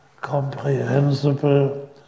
comprehensible